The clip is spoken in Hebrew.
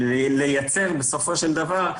בסופו של דבר,